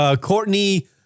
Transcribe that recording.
Courtney